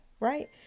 Right